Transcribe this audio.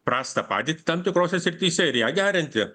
prastą padėtį tam tikrose srityse ir ją gerinti